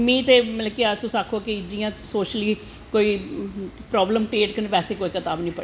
ते मिगी ते जियां तुस आक्खो कि सोशली परावलम क्रियेट करन बैसी कोई कताव नी पढ़ी